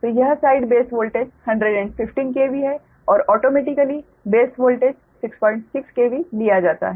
तो यह side base voltage 115 KV है और ऑटोमेटिकली बेस वोल्टेज 66 KV लिया जाता है